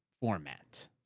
format